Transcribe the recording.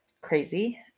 crazy